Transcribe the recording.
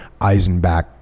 Eisenbach